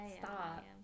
Stop